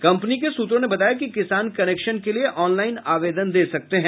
company के सूत्रों ने बताया कि किसान कनेक्शन के लिए ऑनलाईन आवेदन दे सकते है